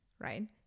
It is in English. right